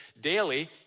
daily